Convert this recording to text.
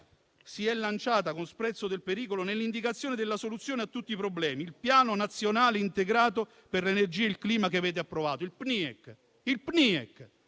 si è lanciata, con sprezzo del pericolo, nell'indicazione della soluzione a tutti i problemi: il Piano nazionale integrato per l'energia e il clima che avete approvato, il PNIEC.